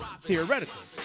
theoretically